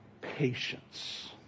patience